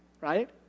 right